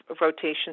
rotation